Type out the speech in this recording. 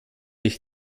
ich